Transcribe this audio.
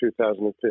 2015